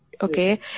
Okay